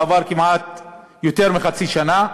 ועברה יותר מחצי שנה,